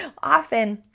often,